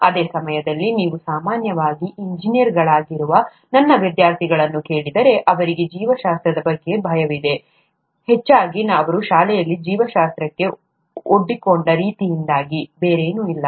ಅದೇ ಸಮಯದಲ್ಲಿ ನೀವು ಸಾಮಾನ್ಯವಾಗಿ ಇಂಜಿನಿಯರ್ಗಳಾಗಿರುವ ನನ್ನ ವಿದ್ಯಾರ್ಥಿಗಳನ್ನು ಕೇಳಿದರೆ ಅವರಿಗೆ ಜೀವಶಾಸ್ತ್ರದ ಬಗ್ಗೆ ಭಯವಿದೆ ಹೆಚ್ಚಾಗಿ ಅವರು ಶಾಲೆಯಲ್ಲಿ ಜೀವಶಾಸ್ತ್ರಕ್ಕೆ ಒಡ್ಡಿಕೊಂಡ ರೀತಿಯಿಂದಾಗಿ ಬೇರೇನೂ ಇಲ್ಲ